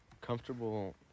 comfortable